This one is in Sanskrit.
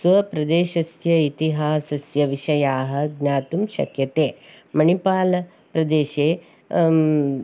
स्व प्रदेशस्य इतिहासस्य विषयाः ज्ञातुं शक्यते मणिपाल् प्रदेशे